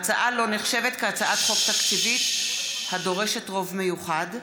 ההצעה לא נחשבת להצעת חוק תקציבית הדורשת רוב מיוחד.